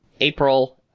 April